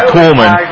Coleman